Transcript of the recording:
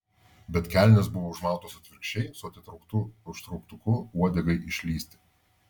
bet kelnės buvo užmautos atvirkščiai su atitrauktu užtrauktuku uodegai išlįsti